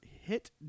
hit